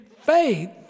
faith